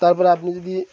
তারপরে আপনি যদি